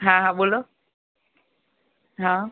હા હા બોલો હા